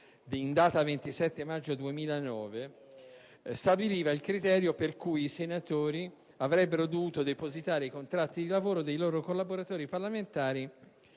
in data 27 maggio 2009, stabiliva il criterio secondo cui i senatori avrebbero dovuto depositare i contratti di lavoro dei loro collaboratori parlamentari